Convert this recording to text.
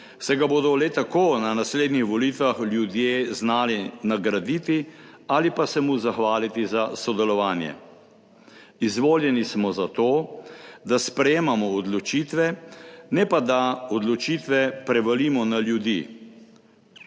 saj ga bodo le tako na naslednjih volitvah ljudje znali nagraditi ali pa se mu zahvaliti za sodelovanje. Izvoljeni smo za to, da sprejemamo odločitve, ne pa da odločitve prevalimo na ljudi.